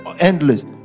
endless